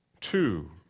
Two